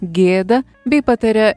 gėda bei pataria